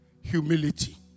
humility